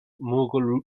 mughal